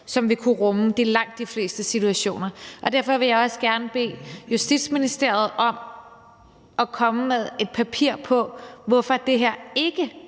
som vil kunne rumme i langt de fleste situationer. Derfor vil jeg også gerne bede Justitsministeriet om at komme med et papir på, hvorfor det her ikke